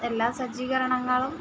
എല്ലാ സജ്ജീകരണങ്ങളും